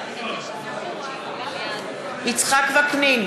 בעד יצחק וקנין,